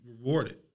rewarded